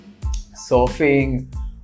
surfing